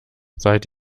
seid